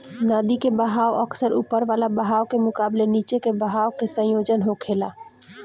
नदी के बहाव अक्सर ऊपर वाला बहाव के मुकाबले नीचे के बहाव के संयोजन होखेला